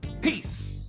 Peace